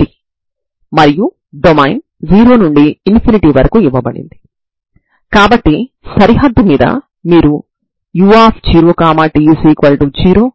t సమయాన్ని సూచిస్తుంది కాబట్టి అది పాజిటివ్ గా ఉంటుంది